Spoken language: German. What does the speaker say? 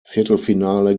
viertelfinale